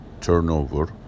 turnover